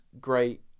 great